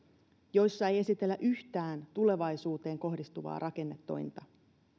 joissa ei esitellä yhtään tulevaisuuteen kohdistuva rakennetointa